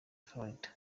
florida